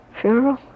funeral